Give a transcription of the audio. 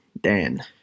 Dan